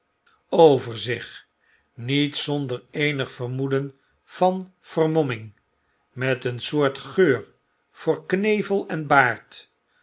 zich niet zonder eenig vermoeden van vermomming met een soort geur voor knevel en baard